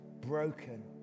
broken